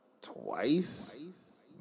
twice